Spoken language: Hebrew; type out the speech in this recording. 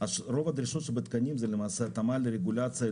רוב הדרישות שבתקנים זה למעשה התאמה לרגולציה,